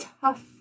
tough